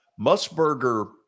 Musburger